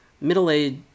middle-aged